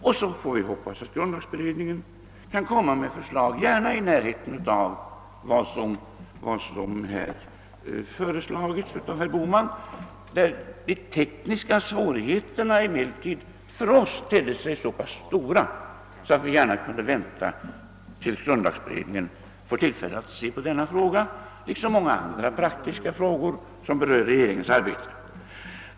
Vi får hoppas att grundlagberedningen framlägger förslag som nära ansluter sig till vad herr Bohman föreslagit. De tekniska svårigheterna tedde sig emellertid för oss så stora att vi ville vänta tills grundlagberedningen fick tillfälle att pröva denna fråga liksom många andra praktiska frågor som berör regeringens arbete.